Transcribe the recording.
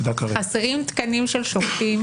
חסרים תקנים של שופטים,